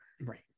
Right